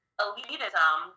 elitism